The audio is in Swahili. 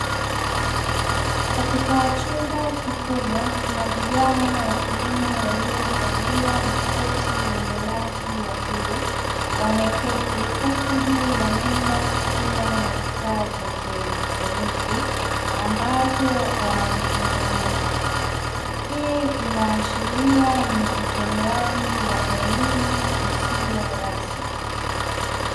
Katika chumba kikubwa, kuna vijana wa kiume waliovalia makoti yenye rangi ya bluu wameketi, huku juu ya meza kukiwa na vifaa vya kielektroniki ambavyo wanavitengeneza. Hii inaashiria ni utolewaji wa elimu isiyo rasmi.